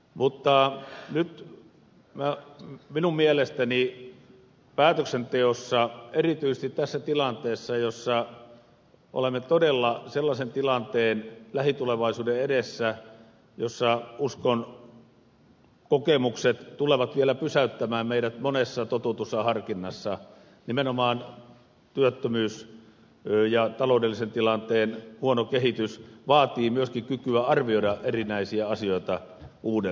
mutta nyt minun mielestäni päätöksenteossa erityisesti tässä tilanteessa olemme todella sellaisen lähitulevaisuuden edessä jossa uskon kokemukset tulevat vielä pysäyttämään meidät monessa totutussa harkinnassa nimenomaan työttömyys ja taloudellisen tilanteen huono kehitys vaativat myöskin kykyä arvioida erinäisiä asioita uudelleen